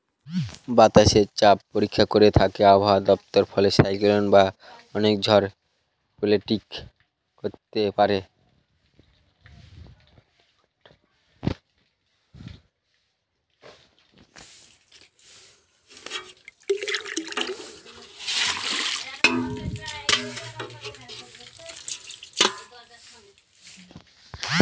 বাতাসের চাপ পরীক্ষা করে থাকে আবহাওয়া দপ্তর ফলে সাইক্লন বা অনেক ঝড় প্রেডিক্ট করতে পারে